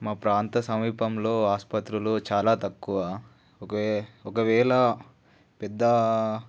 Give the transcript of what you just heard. మా ప్రాంత సమీపంలో ఆసుపత్రులు చాలా తక్కువ ఒకే ఒకవేళ పెద్ద